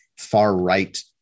far-right